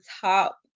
top